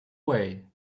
way